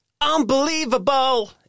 Unbelievable